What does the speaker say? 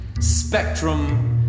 spectrum